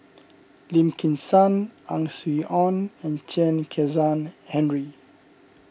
Lim Kim San Ang Swee Aun and Chen Kezhan Henri